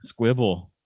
Squibble